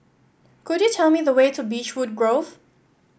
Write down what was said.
could you tell me the way to Beechwood Grove